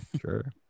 sure